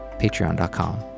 patreon.com